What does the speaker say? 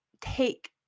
take